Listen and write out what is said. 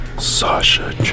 Sasha